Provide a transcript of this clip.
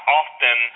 often